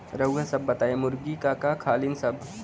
रउआ सभ बताई मुर्गी का का खालीन सब?